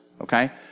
Okay